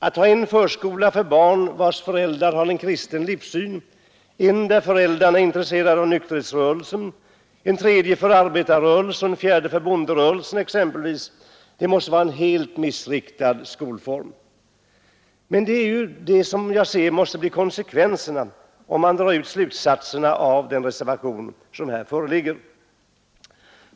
Att ha en förskola för barn, vilkas föräldrar har en kristen livssyn, en där föräldrarna är intresserade av nykterhetsrörelsen, en tredje för arbetarrörelsen, en fjärde för bonderörelsen exempelvis, måste vara en helt missriktad skolform. Men detta måste bli konsekvenserna, om man drar ut slutsatserna av den reservation som här föreligger.